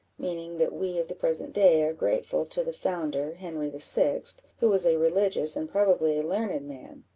meaning that we of the present day are grateful to the founder, henry the sixth, who was a religious, and probably a learned man,